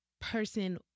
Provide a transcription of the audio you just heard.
person